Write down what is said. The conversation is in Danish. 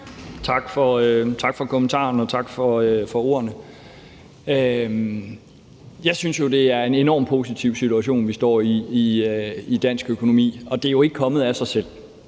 Tak for kommentaren, og tak for ordene. Jeg synes jo, det er en enormt positiv situation, vi står i i dansk økonomi, og det er jo ikke kommet af sig selv.